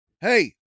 hey